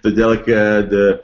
todėl kad